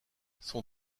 son